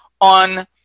on